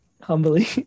humbly